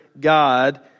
God